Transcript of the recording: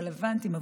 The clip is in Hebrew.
רלוונטיים,